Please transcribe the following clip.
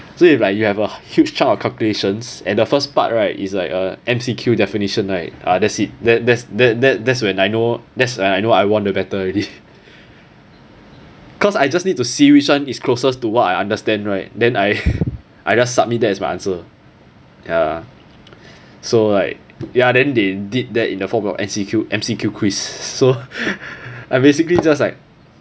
so is like you have a huge chart of calculations and the first part right is like a M_C_Q definition right uh that's it that that that that that's when I know that's when I know I won the battle already cause I just need to see which [one] is closest to what I understand right then I I just submit that as my answer ya so like ya then they did that in the form your M_C_Q M_C_Q quiz so I basically just like